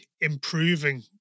improving